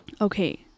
Okay